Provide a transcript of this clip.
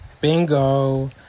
bingo